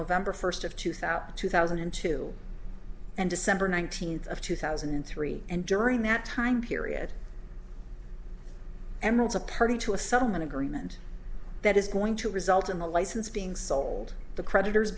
november first of two thousand two thousand and two and december nineteenth of two thousand and three and during that time period emeralds a party to a sum an agreement that is going to result in the license being sold the creditors